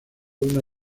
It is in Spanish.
una